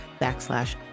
backslash